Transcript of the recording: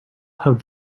have